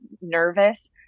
nervous